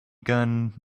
gun